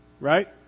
right